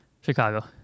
Chicago